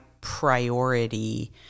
priority